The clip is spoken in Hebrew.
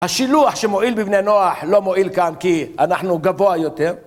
השילוח שמועיל בבני נוח לא מועיל כאן כי אנחנו גבוה יותר